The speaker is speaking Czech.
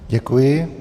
Děkuji.